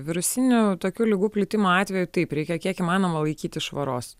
virusinių tokių ligų plitimo atveju taip reikia kiek įmanoma laikytis švaros